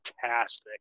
fantastic